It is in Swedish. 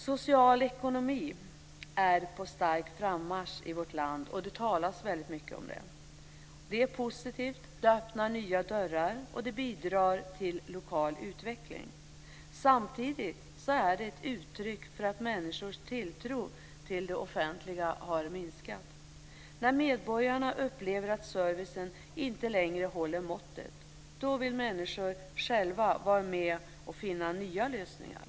Social ekonomi är på stark frammarsch i vårt land. Det talas mycket om social ekonomi. Det är positivt, det öppnar nya dörrar och det bidrar till lokal utveckling. Samtidigt är det ett uttryck för att människors tilltro till det offentliga har minskat. När medborgarna upplever att servicen inte längre håller måttet vill människor själva vara med och finna nya lösningar.